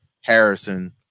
Harrison